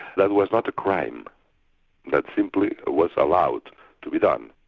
that was not a crime that simply was allowed to be done.